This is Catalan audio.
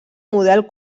model